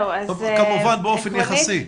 כמובן באופן יחסי.